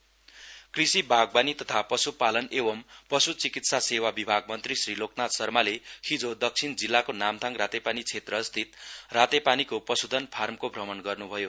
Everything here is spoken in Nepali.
एलएन शर्मा कृषि बागवानी तथा पश्पालन एवं पश् चिकित्सा सेवा विभाग मन्त्री श्री लोकनाथ शर्माले हिजो दक्षिण जिल्लाको नामथाङ रातेपानी क्षेत्रस्थित रातेपानीको पश्धन फार्मको भ्रमण गर्न् भयो